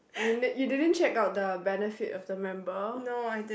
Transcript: you n~ you didn't check out the benefit of the member